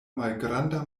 malgranda